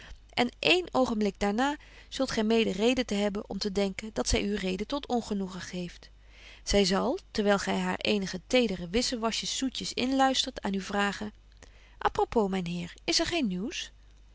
en een oogenblik daar na zult gy menen reden te hebben om te denken dat zy u reden tot ongenoegen geeft zy zal terwyl gy haar eenige tedere wissewasjes zoetjes inluistert aan u vragen apropos myn heer is er geen nieuws